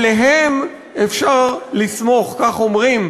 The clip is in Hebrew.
עליהם אפשר לסמוך, כך אומרים.